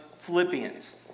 Philippians